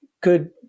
good